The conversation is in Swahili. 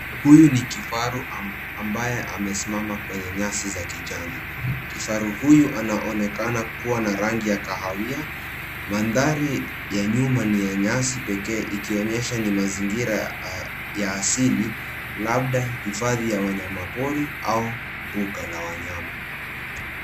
Huyu ni kifaru ambaye amesimama kwenye nyasi za kijani. Kifaru huyu anaonekana ako na rangi ya kahawia. Mandhari ya nyuma ni ya nyasi pekee ikionyesha ni mazingira ya asili, labda hifadhi ya wanyama pori au mbuga la wanyama.